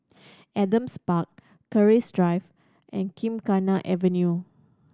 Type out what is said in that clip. Adam's Park Keris Drive and Gymkhana Avenue